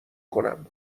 کنم